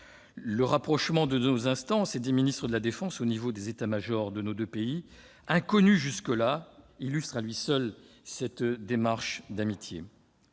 Le rapprochement de nos instances, des ministres de la défense et des états-majors de nos deux pays, inédit jusqu'alors, illustre à lui seul cette démarche d'amitié.